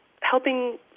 helping